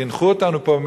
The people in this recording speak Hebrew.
חינכו אותנו פה,